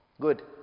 Good